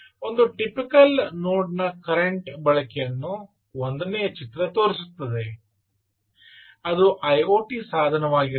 ಒಂದು typical node ನ current ಬಳಕೆಯನ್ನು ಒಂದನೆಯ ಚಿತ್ರ ತೋರಿಸುತ್ತದೆ ಅದು ಐಒಟಿ ಸಾಧನವಾಗಿರಬಹುದು